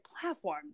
platform